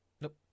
Nope